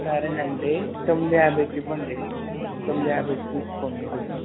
సరేనండి తొమ్మిది యాభైకి ఇవ్వండి తొమ్మిది యాభై తీసుకోండి